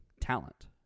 talent